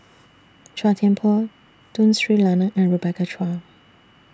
Chua Thian Poh Tun Sri Lanang and Rebecca Chua